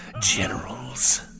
generals